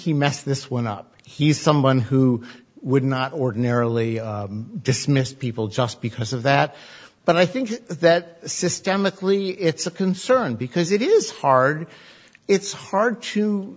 he messed this one up he's someone who would not ordinarily dismissed people just because of that but i think that systemically it's a concern because it is hard it's hard to